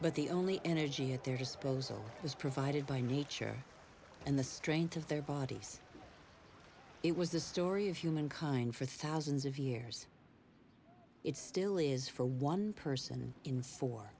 but the only energy at their disposal was provided by nature and the strength of their bodies it was the story of humankind for thousands of years it still is for one person in